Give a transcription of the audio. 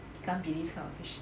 ikan bilis kind of fish